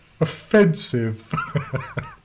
offensive